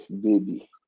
baby